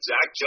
Zach